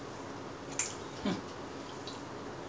ah can no problem